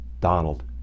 Donald